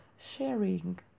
sharing